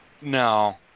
No